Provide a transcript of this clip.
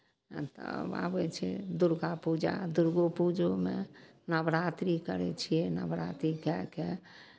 तब आबै छै दुर्गा पूजा दुर्गो पूजोमे नवरात्रि करै छियै नवरात्रि कए कऽ